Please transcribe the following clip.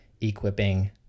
equipping